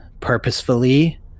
purposefully